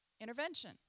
intervention